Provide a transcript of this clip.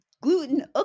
Gluten